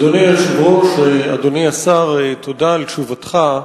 אדוני היושב-ראש, אדוני השר, תודה על תשובתך.